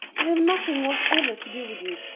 i have nothing whatever to do with you.